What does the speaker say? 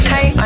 Hey